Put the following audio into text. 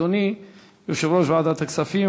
אדוני יושב-ראש ועדת הכספים,